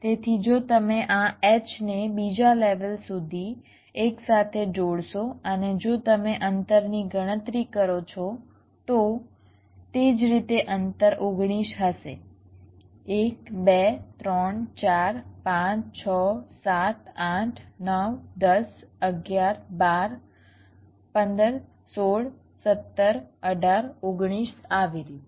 તેથી જો તમે આ H ને બીજા લેવલ સુધી એકસાથે જોડશો અને જો તમે અંતરની ગણતરી કરો છો તો તે જ રીતે અંતર 19 હશે 1 2 3 4 5 6 7 8 9 10 11 12 15 16 17 18 19 આવી રીતે